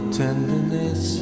tenderness